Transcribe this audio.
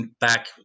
back